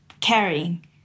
caring